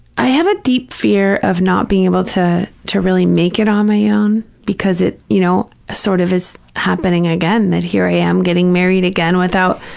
i have a deep fear of not being able to to really make it on my ah own, because it, you know, ah sort of is happening again, that here i am, getting married again without,